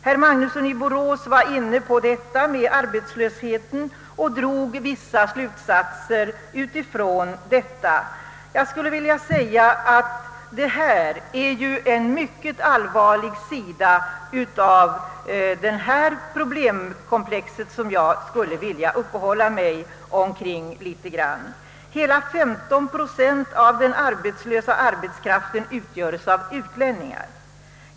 Herr Magnusson i Borås var inne på denna fråga om arbetslösheten och drog vissa slutsatser. Detta är ett mycket allvarligt problem, som jag skulle vilja uppehålla mig litet vid. Hela 15 procent av den arbetslösa arbetskraften utgörs av utlänningar.